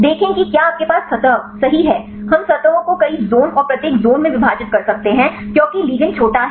देखें कि क्या आपके पास सतह सही है हम सतहों को कई ज़ोन और प्रत्येक ज़ोन में विभाजित कर सकते हैं क्योंकि लिगैंड छोटा है